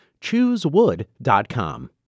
Choosewood.com